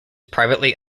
privately